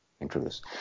introduce